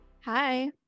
hi